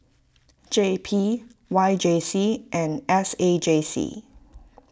J P Y J C and S A J C